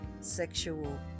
sexual